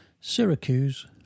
Syracuse